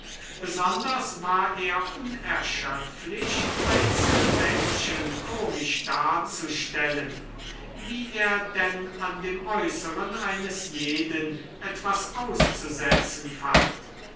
besonders war er unerschöpflich einzelne menschen komisch darzustellen wie er denn an dem äußeren eines jeden etwas auszusetzen fand